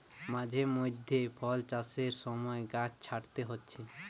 মাঝে মধ্যে ফল চাষের সময় গাছ ছাঁটতে হচ্ছে